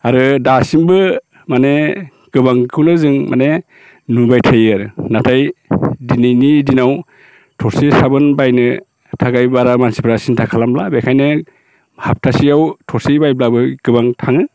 आरो दासिमबो माने गोबांखौनो जों माने नुबाय थायो आरो नाथाय दिनैनि दिनाव थरसे साबोन बायनो थाखाय बारा माबा मानसिफोरा सिन्था खालामला बेखायनो हाफ्थासेयाव थरसे बायब्लाबो गोबां थाङो